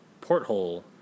porthole